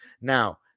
Now